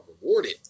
rewarded